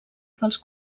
pels